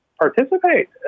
participate